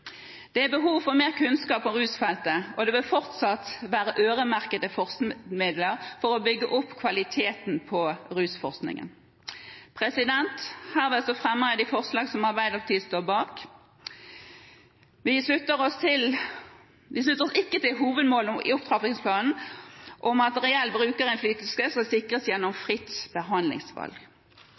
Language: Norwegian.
Det er behov for mer kunnskap om rusfeltet, og det bør fortsatt være øremerkede forskningsmidler for å bygge opp kvaliteten på rusforskningen. Herved fremmer jeg det forslaget som Arbeiderpartiet står bak. Vi slutter oss ikke til hovedmålet i opptrappingsplanen om at reell brukerinnflytelse skal sikres gjennom fritt behandlingsvalg.